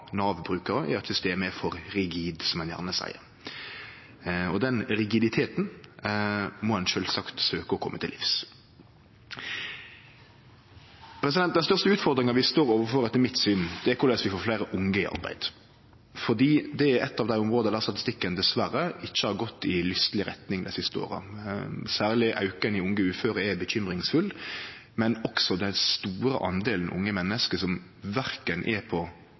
er at systemet er for rigid, som ein gjerne seier. Den rigiditeten må ein sjølvsagt søkje å kome til livs. Den største utfordringa vi står overfor, er etter mitt syn korleis vi får fleire unge i arbeid, for det er eit av dei områda der statistikken dessverre ikkje har gått i lysteleg retning dei siste åra. Særleg auken i talet på unge uføre er urovekkjande, men det er også den store delen unge menneske som verken er på